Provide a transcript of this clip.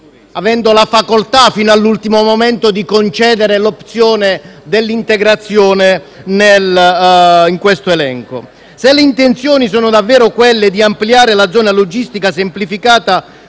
avendo la facoltà fino all’ultimo momento di concedere l’opzione dell’integrazione in questo elenco. Se le intenzioni sono davvero quelle di ampliare la zona logistica semplificata,